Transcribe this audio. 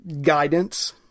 guidance